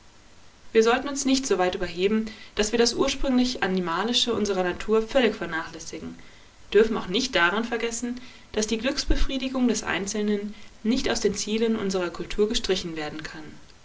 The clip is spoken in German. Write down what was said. wir sollten uns nicht so weit überheben daß wir das ursprünglich animalische unserer natur völlig vernachlässigen dürfen auch nicht daran vergessen daß die glücksbefriedigung des einzelnen nicht aus den zielen unserer kultur gestrichen werden kann